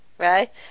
Right